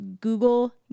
Google